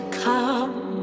come